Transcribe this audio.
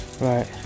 Right